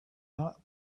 not